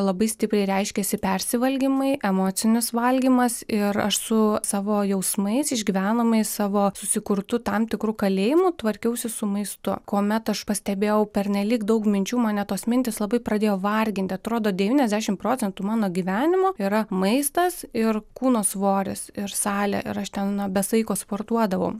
labai stipriai reiškėsi persivalgymai emocinis valgymas ir aš su savo jausmais išgyvenomais savo susikurtu tam tikru kalėjimu tvarkiausi su maistu kuomet aš pastebėjau pernelyg daug minčių mane tos mintys labai pradėjo varginti atrodo devyniasdešimt procentų mano gyvenimo yra maistas ir kūno svoris ir salė ir aš ten na be saiko sportuodavau